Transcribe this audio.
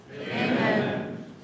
Amen